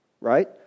Right